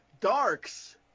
darks